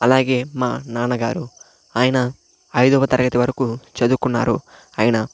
అలాగే మా నాన్నగారు ఆయన ఐదవ తరగతి వరకు చదువుకున్నారు ఆయన